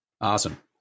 Awesome